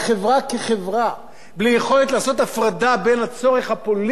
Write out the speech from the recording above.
בלי יכולת לעשות הפרדה בין הצורך הפוליטי לצורך הלאומי.